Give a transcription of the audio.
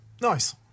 Nice